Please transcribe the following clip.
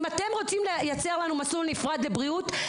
אם אתם רוצים לייצר לנו מסלול נפרד לבריאות,